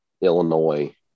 Illinois